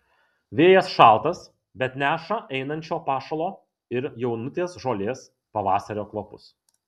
vėjas šaltas bet neša einančio pašalo ir jaunutės žolės pavasario kvapus